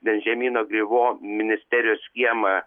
bendžamino grivo ministerijos kiemą